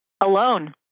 alone